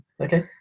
okay